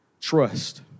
Trust